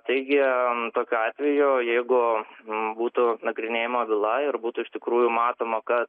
taigi tokiu atveju jeigu būtų nagrinėjama byla ir būtų iš tikrųjų matoma kad